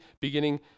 Beginning